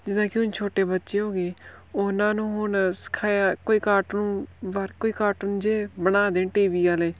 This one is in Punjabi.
ਜਿੱਦਾਂ ਕਿ ਹੁਣ ਛੋਟੇ ਬੱਚੇ ਹੋ ਗਏ ਉਹਨਾਂ ਨੂੰ ਹੁਣ ਸਿਖਾਇਆ ਕੋਈ ਕਾਟੂਨ ਵਰਕ ਕੋਈ ਕਾਟੂਨ ਜਿਹੇ ਬਣਾ ਦੇਣ ਟੀ ਵੀ ਵਾਲੇ